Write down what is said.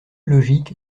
logique